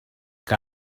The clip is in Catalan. que